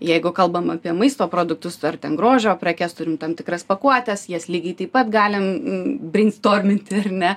jeigu kalbam apie maisto produktus ar ten grožio prekes turim tam tikras pakuotes jas lygiai taip pat galim breinstorminti ar ne